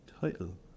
title